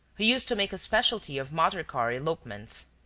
who used to make a specialty of motor-car elopements.